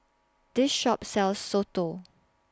This Shop sells Soto